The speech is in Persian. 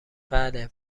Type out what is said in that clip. بله